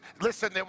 listen